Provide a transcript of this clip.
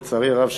לצערי הרב,